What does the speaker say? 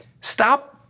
stop